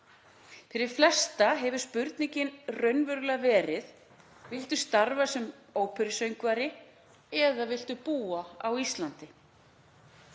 Fyrir flesta hefur spurningin verið: Viltu starfa sem óperusöngvari eða viltu búa á Íslandi?